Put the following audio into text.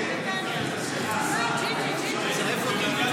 תצרף אותי.